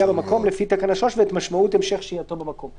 במקום לפי תקנה 3 ואת משמעות המשך שהייתו במקום".